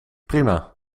prima